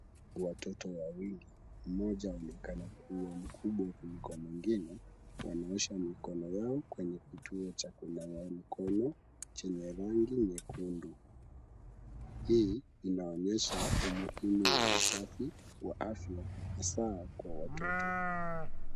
Watoto wawili, mmoja anaonekana kuwa mkubwa kuliko mwingine, wanaosha mikono yao kwenye kituo cha kunawa mikono chenye rangi nyekundu. Hii inaonyesha umuhimu wa usafi wa afya hasaa kwa watoto.